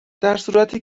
درصورتی